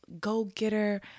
go-getter